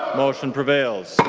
motion prevails.